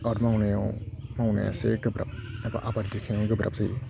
आबाद मावनायाव मावनाया एसे गोब्राब एबा आबाद दिखांनायाव गोब्राब जायो